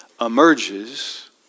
emerges